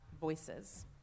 voices